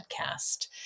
podcast